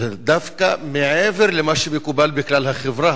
דווקא מעבר למה שמקובל בכלל החברה.